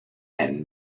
and